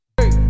Hey